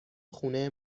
خونه